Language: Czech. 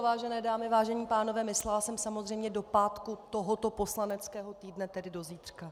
Vážené dámy, vážení pánové, myslela jsem samozřejmě do pátku tohoto poslaneckého týdne, tedy do zítřka.